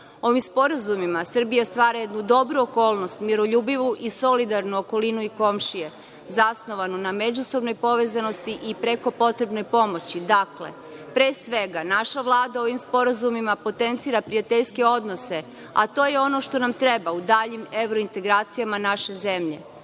sporazumima Srbija stvara jednu dobru okolnost, miroljubivu i solidarnost okolinu i komšije zasnovanu na međusobnoj povezanosti i preko potrebnoj pomoći. Dakle, pre svega naša Vlada ovim sporazumima potencira prijateljske odnose, a to je ono što nam treba u daljim evrointegracijama naše zemlje.